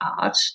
art